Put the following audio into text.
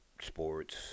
sports